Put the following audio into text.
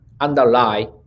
underlie